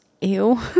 Ew